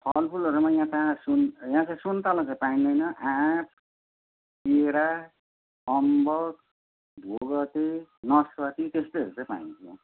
फलफुलहरूमा यहाँ कहाँ सुन् यहाँ चाहिँ सुन्तला चाहिँ पाइँदैन आँप केरा अम्बक भोगटे नसपती त्यस्तैहरू चाहिँ पाइन्छ